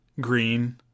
green